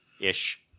ish